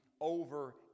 over